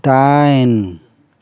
दाइन